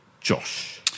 Josh